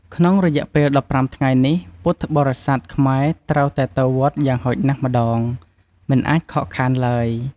ក្នុងរយៈពេល ១៥ថ្ងៃនេះ ពុទ្ធបរិស័ទខ្មែរត្រូវតែទៅវត្តយ៉ាងហោចណាស់ម្ដង មិនអាចខកខានឡើយ។